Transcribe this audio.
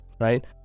right